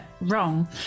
wrong